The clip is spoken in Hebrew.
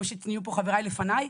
כמו שהצביעו חבריי לפניי,